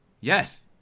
Yes